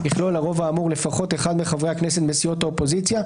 יכלול הרוב האמור לפחות אחד מחברי הכנסת מסיעות האופוזיציה,